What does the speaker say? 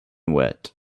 wet